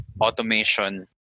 automation